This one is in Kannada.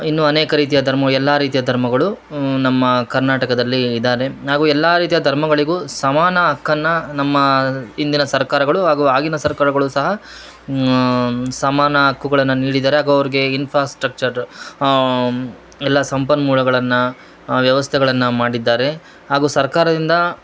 ಇನ್ನು ಅನೇಕ ರೀತಿಯ ದರ್ಮೊ ಎಲ್ಲಾ ರೀತಿಯ ಧರ್ಮಗಳು ನಮ್ಮ ಕರ್ನಾಟಕದಲ್ಲಿ ಇದ್ದಾರೆ ನಾವು ಎಲ್ಲಾ ರೀತಿಯ ಧರ್ಮಗಳಿಗೂ ಸಮಾನ ಹಕ್ಕನ್ನ ನಮ್ಮ ಇಂದಿನ ಸರ್ಕಾರಗಳು ಹಾಗೂ ಆಗಿನ ಸರ್ಕಾರಗಳು ಸಹ ಸಮಾನ ಹಕ್ಕುಗಳನ್ನ ನೀಡಿದ್ದಾರೆ ಹಾಗು ಅವ್ರ್ಗೆಇನ್ಫ್ರಾಸ್ಟ್ರಕ್ಚರ್ ಎಲ್ಲಾ ಸಂಪನ್ಮೂಳಗಳನ್ನ ವ್ಯವಸ್ಥೆಗಳನ್ನ ಮಾಡಿದ್ದಾರೆ ಹಾಗೂ ಸರ್ಕಾರದಿಂದ